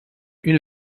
une